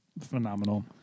phenomenal